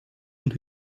und